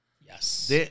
Yes